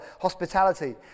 hospitality